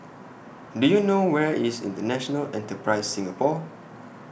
Do YOU know Where IS International Enterprise Singapore